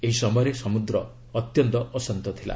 ଏହି ସମୟରେ ସମୁଦ୍ର ଅତ୍ୟନ୍ତ ଅଶାନ୍ତ ଥିଲା